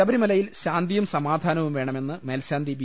ശബരിമലയിൽ ശാന്തിയും സമാധാനവും വേണമെന്ന് മേൽശാന്തി വി